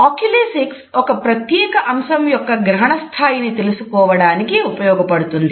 oculesics ఒక ప్రత్యేక అంశం యొక్క గ్రహణస్థాయిని తెలుసుకోవడానికి ఉపయోగపడుతుంది